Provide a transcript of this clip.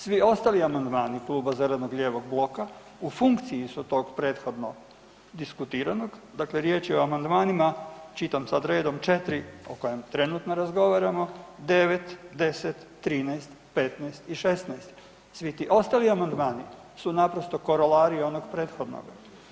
Svi ostali amandmani Kluba zeleno-lijevog bloka u funkciji su tog prethodno diskutiranog, dakle riječ je o amandmanima, čitam sad redom, 4. o kojem trenutno razgovaramo, 9., 10., 13., 15, i 16, svi ti ostali amandmani su naprosto korolari onog prethodnoga.